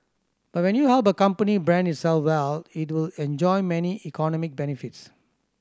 but when you help a company brand itself well it will enjoy many economic benefits